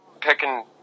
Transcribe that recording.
picking